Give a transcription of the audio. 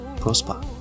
Prosper